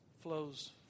Flows